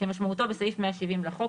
כמשמעותו בסעיף 170 לחוק,